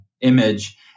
image